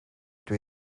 dydw